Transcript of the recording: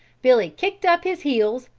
billy kicked up his heels,